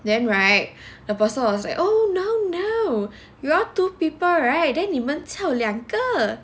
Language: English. then right the person was like oh no no you all two people right then 你们叫两个